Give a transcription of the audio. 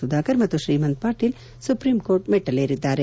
ಸುಧಾಕರ್ ಮತ್ತು Shrimant Patil supreme court ಮೆಟ್ಟಲೇರಿದ್ದಾರೆ